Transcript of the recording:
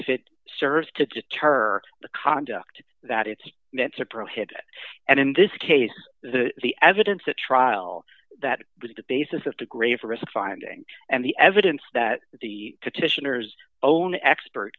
if it serves to deter the conduct that it's meant to prohibit and in this case the evidence at trial that was the basis of the grave risk finding and the evidence that the petitioners own expert